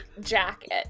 jacket